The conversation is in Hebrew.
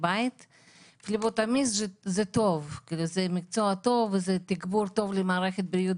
ביותר בבית שלהם אם הם לא זקוקים להגיע